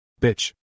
Bitch